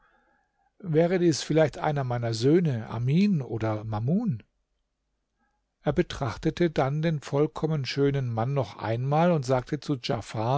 wäre dies vielleicht einer meiner söhne amin oder mamun er betrachtete dann den vollkommen schönen mann noch einmal und sagte zu